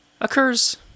occurs